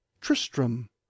Tristram